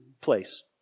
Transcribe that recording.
place